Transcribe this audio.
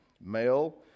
male